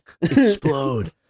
explode